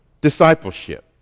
discipleship